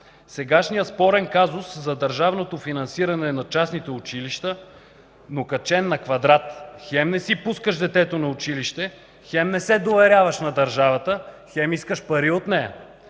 сегашният спорен казус за държавното финансиране на частните училища, но качен на квадрат – хем не си пускаш детето на училище, хем не се доверяваш на държавата, хем искаш пари от нея!